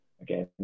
again